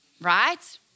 Right